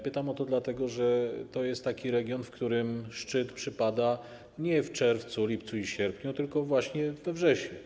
Pytam o to dlatego, że to jest taki region, w którym szczyt przypada nie w czerwcu, lipcu, sierpniu, tylko właśnie we wrześniu.